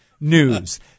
news